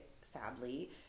sadly